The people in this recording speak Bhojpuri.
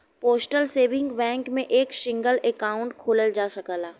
पोस्टल सेविंग बैंक में एक सिंगल अकाउंट खोलल जा सकला